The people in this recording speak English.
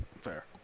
Fair